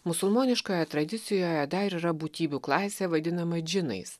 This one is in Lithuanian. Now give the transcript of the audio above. musulmoniškoje tradicijoje dar yra būtybių klasė vadinama džinais